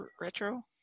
retro